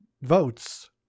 votes